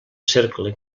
cercle